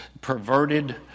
perverted